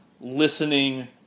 listening